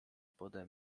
pode